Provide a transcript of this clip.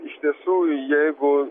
iš tiesų jeigu